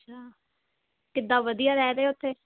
ਅੱਛਾ ਕਿੱਦਾਂ ਵਧੀਆ ਰਹਿ ਰਹੇ ਉੱਥੇ